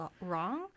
wrong